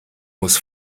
muss